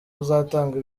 uzatanga